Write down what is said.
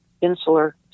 insular